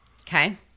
Okay